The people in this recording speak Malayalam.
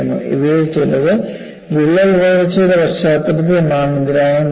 ഇവയിൽ ചിലത് വിള്ളൽ വളർച്ചയുടെ പശ്ചാത്തലത്തിൽ നാം ഇതിനകം കണ്ടു